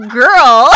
girl